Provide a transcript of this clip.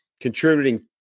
contributing